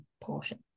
portion